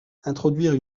introduire